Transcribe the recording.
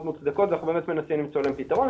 מוצדקות ואנחנו באמת מנסים למצוא להן פתרון,